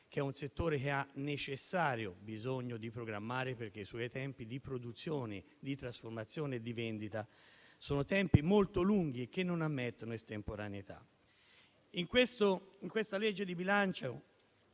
in un settore che ha necessario bisogno di programmare, perché i suoi tempi di produzione, di trasformazione e di vendita sono molto lunghi e non ammettono estemporaneità. In questa legge di bilancio